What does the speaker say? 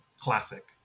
classic